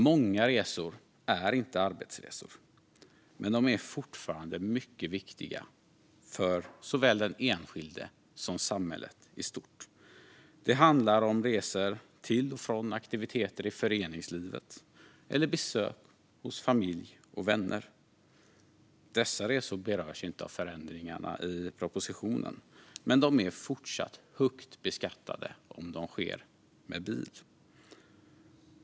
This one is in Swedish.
Många resor är inte arbetsresor, men de är fortfarande mycket viktiga för såväl den enskilde som samhället i stort. Det handlar om resor till och från aktiviteter i föreningslivet eller besök hos familj och vänner. Dessa resor berörs inte av förändringarna i propositionen, men de är fortsatt högt beskattade om de sker med bil.